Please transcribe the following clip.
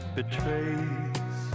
betrays